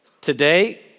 Today